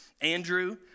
Andrew